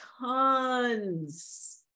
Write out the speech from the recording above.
tons